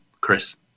Chris